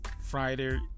Friday